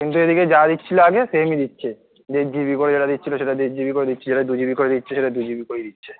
কিন্তু এই দিকে যা দিচ্ছিলো আগে সেমই দিচ্ছে দেড় জিবি করে যেটা দিচ্ছিলো সেটা দেড় জিবি করে দিচ্ছে যেটা দু জিবি করে দিচ্ছে সেটা দু জিবি করেই দিচ্ছে